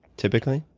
typically?